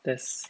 there's